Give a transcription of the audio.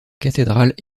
cathédrale